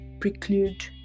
preclude